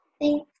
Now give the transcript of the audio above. thank